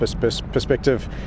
perspective